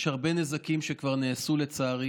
יש הרבה נזקים שכבר נעשו, לצערי.